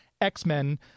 X-Men